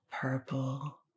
Purple